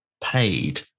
paid